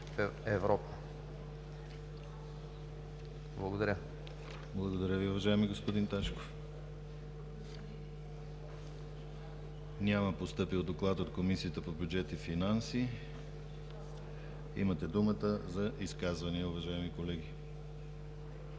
ДИМИТЪР ГЛАВЧЕВ: Благодаря Ви, уважаеми господин Ташков. Няма постъпил доклад от Комисията по бюджет и финанси. Имате думата за изказвания, уважаеми колеги.